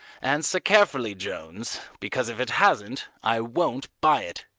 answer carefully, jones, because if it hasn't, i won't buy it.